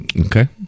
Okay